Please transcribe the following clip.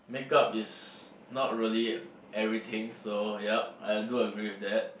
make-up is not really everything so yup I do agree with that